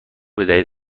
بدهید